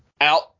out